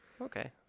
Okay